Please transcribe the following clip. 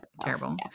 terrible